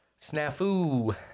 snafu